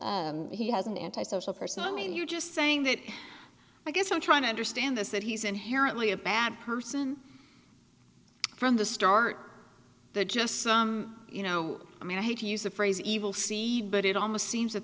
he has an anti social person maybe you're just saying that i guess i'm trying to understand this that he's inherently a bad person from the start they're just some you know i mean i hate to use the phrase evil see but it almost seems that